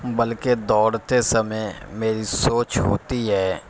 بلکہ دوڑتے سمے میری سوچ ہوتی ہے